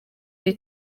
gihe